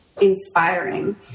inspiring